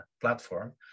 platform